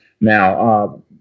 Now